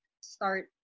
start